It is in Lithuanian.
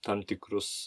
tam tikrus